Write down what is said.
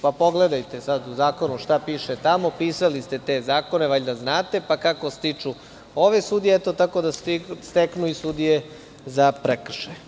Pogledajte sad u zakonu šta piše tamo, pisali ste te zakone i valjda znate, pa kako stiču ove sudije, tako da steknu i sudije za prekršaje.